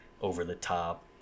over-the-top